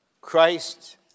Christ